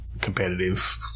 competitive